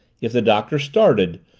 if the doctor started,